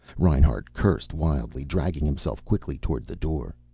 reinhart cursed wildly, dragging himself quickly toward the door.